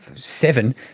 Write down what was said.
seven